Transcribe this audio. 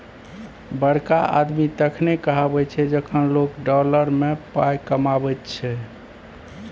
बड़का आदमी तखने कहाबै छै जखन लोक डॉलर मे पाय कमाबैत छै